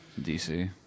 DC